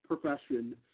profession